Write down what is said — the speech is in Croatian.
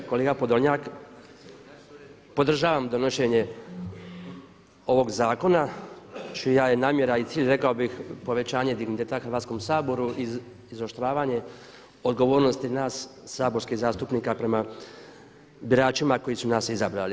Kolega Podolnjak podržavam donošenje ovog zakona čija je namjera i cilj rekao bih povećanje digniteta Hrvatskom saboru, izoštravanje odgovornosti nas saborskih zastupnika prema biračima koji su nas izabrali.